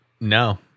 No